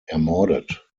ermordet